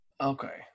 okay